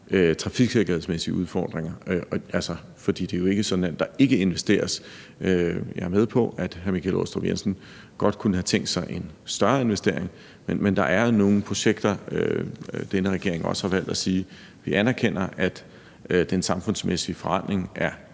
trafiksikkerhedsmæssige udfordringer. For det er jo ikke sådan, at der ikke investeres. Jeg er med på, at hr. Michael Aastrup Jensen godt kunne have tænkt sig en større investering, men der er nogle projekter, hvorom den her regering har valgt at sige, at vi anerkender, at den samfundsmæssige forrentning